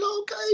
okay